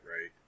right